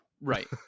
Right